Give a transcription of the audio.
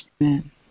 Amen